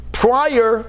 prior